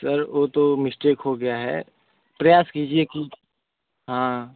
sir वह तो mistake हो गया है प्रयास कीजिए कि हाँ